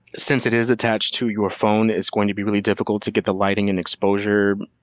since it is attached to your phone, it's going to be really difficult to get the lighting and exposure,